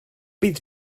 bydd